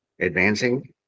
advancing